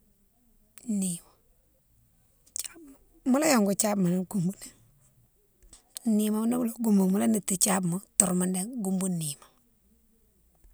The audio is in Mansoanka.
Nima, mola yongou diabemalé gounbou nan, nima ni molo gounbouni mola titi diabe ma tourmodé gounbou nima.